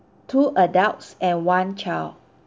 two adults and one child